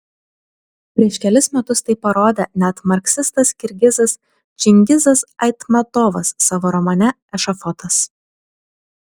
prieš kelis metus tai parodė net marksistas kirgizas čingizas aitmatovas savo romane ešafotas